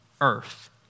earth